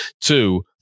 Two